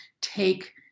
take